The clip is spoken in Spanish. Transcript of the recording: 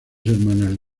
hermanas